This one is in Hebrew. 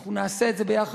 אנחנו נעשה את זה ביחד.